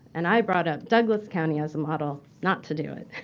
and i brought up douglas county as a model not to do it.